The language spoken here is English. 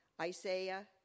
Isaiah